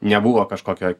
nebuvo kažkokio